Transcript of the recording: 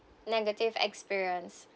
negative experience